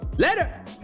Later